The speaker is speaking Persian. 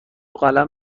قلم